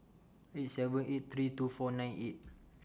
eight seven eight three two four nine eight